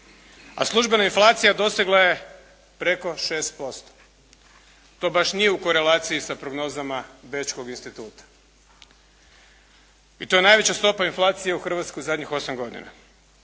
a službena inflacija dosegla je preko 6%. To baš nije u korelaciji sa prognozama Bečkog instituta. I to je najveća stopa inflacije u Hrvatskoj zadnjih 8 godina.